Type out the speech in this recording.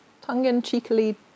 tongue-in-cheekily